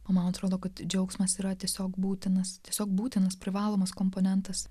o man atrodo kad džiaugsmas yra tiesiog būtinas tiesiog būtinas privalomas komponentas